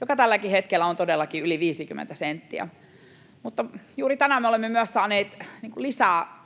joka tälläkin hetkellä on todellakin yli 50 senttiä. Mutta juuri tänään me olemme myös saaneet lisää